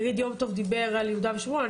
חבר הכנסת כלפון למשל דיבר על יהודה ושומרון,